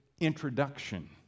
introduction